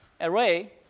array